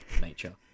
nature